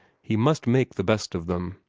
he must make the best of them.